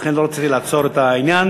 לכן לא רציתי לעצור את העניין.